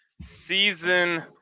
season